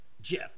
Jeff